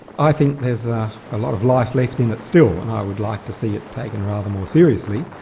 i think there's a lot of life left in it still, and i would like to see it taken rather more seriously,